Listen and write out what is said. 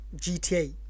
GTA